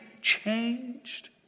changed